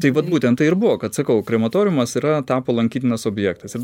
tai vat būtent tai ir buvo kad sakau krematoriumas yra tapo lankytinas objektas ir